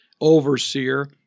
overseer